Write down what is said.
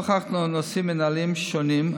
נוכח נושאים מינהליים שונים,